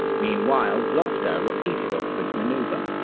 meanwhile, gloucester repeated oxford's maneuver,